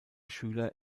schüler